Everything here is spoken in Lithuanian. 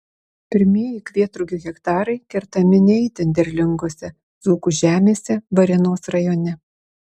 pirmieji kvietrugių hektarai kertami ne itin derlingose dzūkų žemėse varėnos rajone